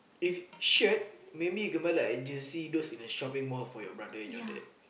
if shirt maybe can buy like jersey those in the shopping mall for your brother or dad